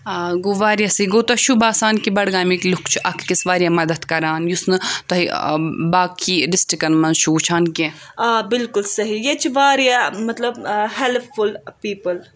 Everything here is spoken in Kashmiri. آ گوٚو واریاہ صحیح گوٚو تۄہہِ چھُو باسان کہِ بڈگامٕکۍ لُکھ چھِ اَکھ أکِس واریاہ مَدد کَران یُس نہٕ تُہۍ باقٕے ڈِسٹرکَن منٛز چھُو وٕچھان کیٚنٛہہ آ بلکُل صحیح ییٚتہِ چھِ واریاہ ہیلٕپ فُل پیٖپُل